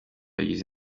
agize